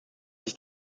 sich